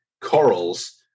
corals